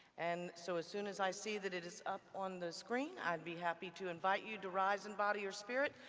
and so as soon as i see that it is up on the screen, i'd be happy to invite you to rise in body or spirit,